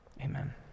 Amen